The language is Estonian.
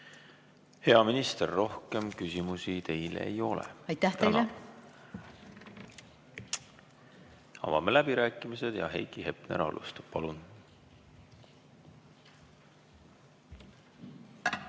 Hea minister, rohkem küsimusi teile ei ole. Tänan! Avame läbirääkimised, Heiki Hepner alustab.